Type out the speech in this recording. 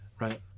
right